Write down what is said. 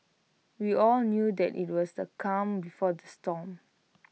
we all knew that IT was the calm before the storm